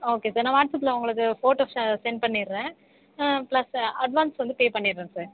okay sir நான் வாட்ஸ்அப்பில் உங்களுக்கு ஃபோட்டோஸ சென்ட் பண்ணிடுறேன் பிளஸ் அட்வான்ஸ் வந்து பே பண்ணிடுறேன் சார்